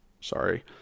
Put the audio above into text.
Sorry